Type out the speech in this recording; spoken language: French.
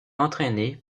entrainé